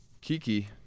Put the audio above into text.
Kiki